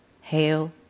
hail